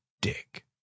dick